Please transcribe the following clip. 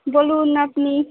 বলুন আপনি